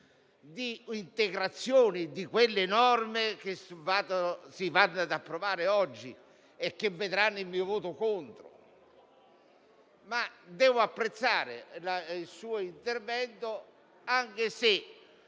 di integrazione delle norme che si vanno ad approvare oggi e che vedranno il mio voto contrario. Devo apprezzare il suo intervento, anche se